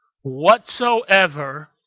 whatsoever